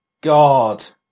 God